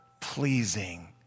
pleasing